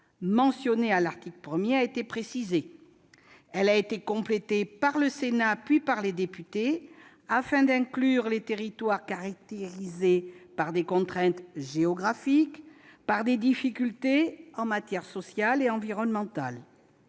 figurant à l'article 1, a été précisée. Elle a été complétée par le Sénat, puis par les députés, afin d'inclure les territoires caractérisés par des contraintes géographiques ou par des difficultés en matière sociale et environnementale.